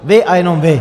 Vy a jenom vy!